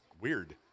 weird